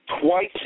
twice